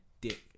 dick